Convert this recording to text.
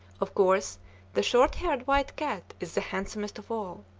of course the short-haired white cat is the handsomest of all.